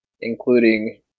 including